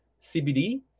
CBD